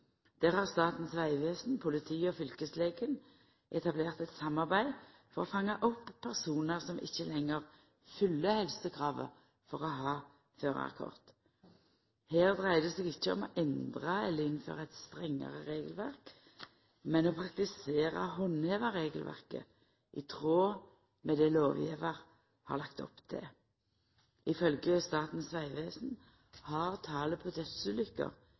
Der har Statens vegvesen, politiet og fylkeslegen etablert eit samarbeid for å fanga opp personar som ikkje lenger fyller helsekrava for å ha førarkort. Her dreier det seg ikkje om å endra eller innføra eit strengare regelverk, men om å praktisera og handheva regelverket, i tråd med det lovgjevar har lagt opp til. Ifølgje Statens vegvesen har